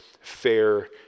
fair